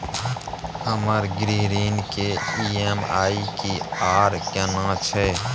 हमर गृह ऋण के ई.एम.आई की आर केना छै?